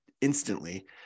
instantly